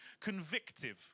convictive